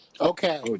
Okay